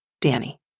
Danny